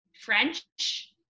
French